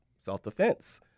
self-defense